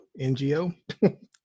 NGO